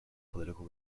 political